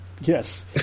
Yes